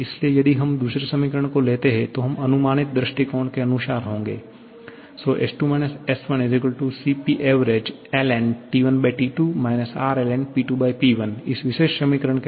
इसलिए यदि हम दूसरे समीकरण को लेते हैं तो हम अनुमानित दृष्टिकोण के अनुसार होंगे S2 S1 Cpavg ln𝑇1T2 R lnP2P1 इस विशेष समीकरण के बाद